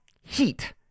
heat